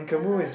(uh huh)